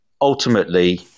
Ultimately